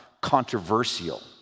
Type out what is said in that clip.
controversial